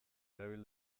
erabil